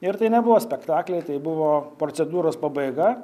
ir tai nebuvo spektakliai tai buvo procedūros pabaiga